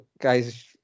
guys